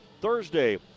Thursday